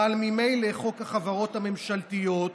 חוק החברות הממשלתיות,